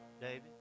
David